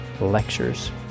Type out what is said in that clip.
Lectures